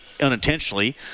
unintentionally